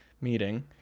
meeting